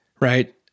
Right